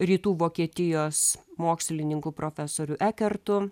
rytų vokietijos mokslininku profesoriu ekertu